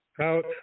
out